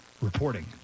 reporting